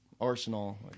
arsenal